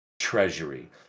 treasury